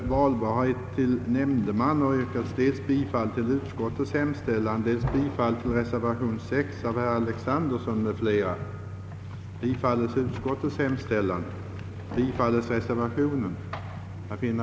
Men i andra fall, anser utskottet, bör domkretsarna följa kommungränserna.